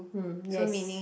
hmm yes